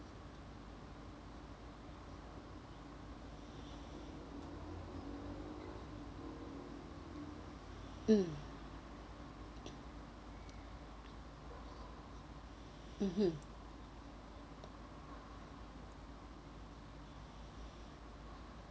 mm mmhmm